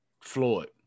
Floyd